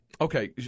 Okay